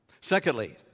Secondly